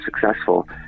successful